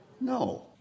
No